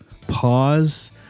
pause